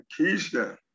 Keisha